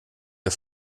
wir